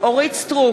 אורית סטרוק,